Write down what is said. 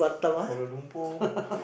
Kuala-Lumpur